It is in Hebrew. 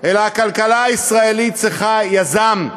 אלא הכלכלה הישראלית צריכה יזם,